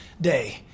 day